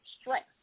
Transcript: stress